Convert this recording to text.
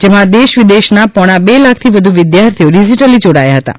જેમાં દેશ વિદેશના પોણા બે લાખથી વધુ વિદ્યાર્થીઓ ડિજીટલી જોડાયા હતાં